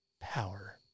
power